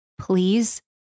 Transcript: please